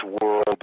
world